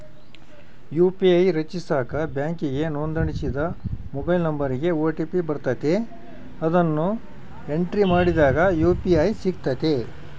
UPI ರಚಿಸಾಕ ಬ್ಯಾಂಕಿಗೆ ನೋಂದಣಿಸಿದ ಮೊಬೈಲ್ ನಂಬರಿಗೆ ಓ.ಟಿ.ಪಿ ಬರ್ತತೆ, ಅದುನ್ನ ಎಂಟ್ರಿ ಮಾಡಿದಾಗ ಯು.ಪಿ.ಐ ಸಿಗ್ತತೆ